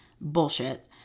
Bullshit